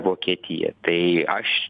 vokietiją tai aš